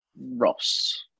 Ross